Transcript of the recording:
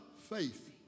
faith